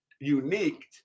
unique